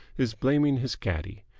is blaming his caddie.